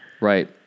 Right